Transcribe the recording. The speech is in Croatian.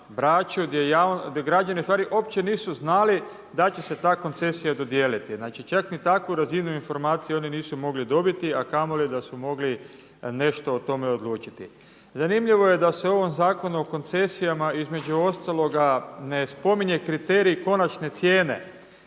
Braču gdje građani u stvari uopće nisu znali da će se ta koncesija dodijeliti. Znači čak ni takvu razinu informacije oni nisu mogli dobiti, a kamoli da su mogli nešto o tome odlučiti. Zanimljivo je da se o ovom Zakonu o koncesijama između ostaloga ne spominje kriterij konačne cijene,